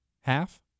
Half